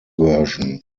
version